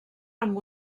amb